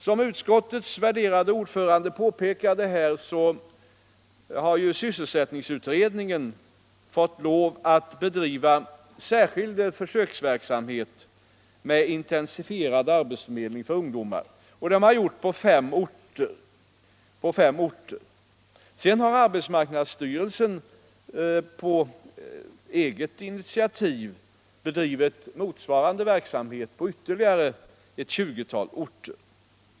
Som utskottets värderade ordförande påpekade har också sysselsättningsutredningen fått bedriva särskild försöksverksamhet med intensifierad arbetsförmedling för ungdomar. Det har man gjort på fem orter. Sedan har arbetsmarknadsstyrelsen på eget initiativ bedrivit motsvarande verk ÅArbetsmarknads politiken 55 Årbetsmarknads politiken samhet på ytterligare ett tjugotal orter.